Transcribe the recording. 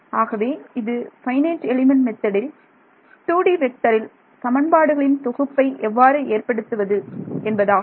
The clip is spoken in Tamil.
ஆகையால் இது FEMல் 2D வெக்டரில் சமன்பாடுகளின் தொகுப்பை எவ்வாறு ஏற்படுத்துவது என்பதாகும்